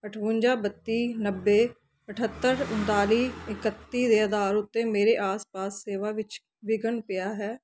ਅਠਵੰਜਾ ਬੱਤੀ ਨੱਬੇ ਅਠੱਤਰ ਉਨਤਾਲੀ ਇਕੱਤੀ ਦੇ ਅਧਾਰ ਉੱਤੇ ਮੇਰੇ ਆਸ ਪਾਸ ਸੇਵਾ ਵਿੱਚ ਵਿਘਨ ਪਿਆ ਹੈ